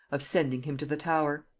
of sending him to the tower.